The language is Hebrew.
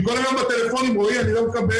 כל היום בטלפונים 'רועי אני לא מקבל,